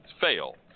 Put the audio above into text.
fail